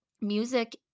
music